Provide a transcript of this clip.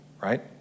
Right